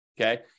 okay